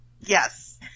Yes